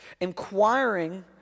inquiring